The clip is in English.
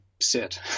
sit